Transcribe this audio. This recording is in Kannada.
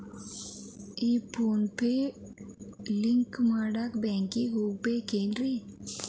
ಈ ಫೋನ್ ಪೇ ಲಿಂಕ್ ಮಾಡಾಕ ಬ್ಯಾಂಕಿಗೆ ಹೋಗ್ಬೇಕೇನ್ರಿ?